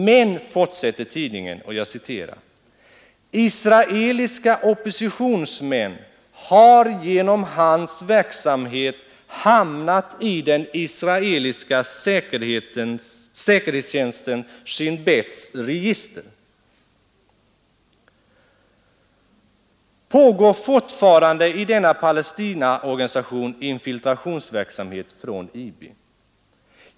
Men fortsätter tidningen: ”Israeliska oppositionsmän har genom hans verksamhet hamnat i den israeliska säkerhetstjänsten Shin Beths register.” Pågår fortfarande i denna organisation infiltrationsverksamhet från IB?